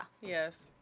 Yes